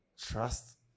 trust